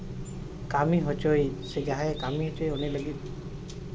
ᱠᱟᱹᱢᱤ ᱦᱚᱪᱚᱭ ᱥᱮ ᱡᱟᱦᱟᱸᱭ ᱠᱟᱹᱢᱤ ᱦᱚᱪᱚᱭ ᱩᱱᱤ ᱞᱟᱹᱜᱤᱫ